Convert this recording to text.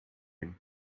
him